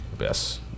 Yes